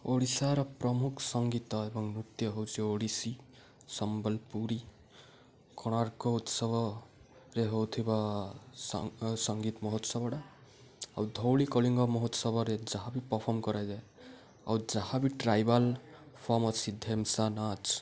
ଓଡ଼ିଶାର ପ୍ରମୁଖ ସଙ୍ଗୀତ ଏବଂ ନୃତ୍ୟ ହଉଛି ଓଡ଼ିଶୀ ସମ୍ବଲପୁରୀ କୋଣାର୍କ ଉତ୍ସବରେ ହଉଥିବା ସ ସଙ୍ଗୀତ ମହୋତ୍ସବଟା ଆଉ ଧଉଳି କଳିଙ୍ଗ ମହୋତ୍ସବରେ ଯାହା ବି ପଫର୍ମ କରାଯାଏ ଆଉ ଯାହା ବି ଟ୍ରାଇବାଲ୍ ଫର୍ମ ଢେମ୍ସା ନାଚ୍